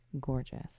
Gorgeous